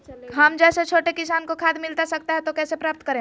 हम जैसे छोटे किसान को खाद मिलता सकता है तो कैसे प्राप्त करें?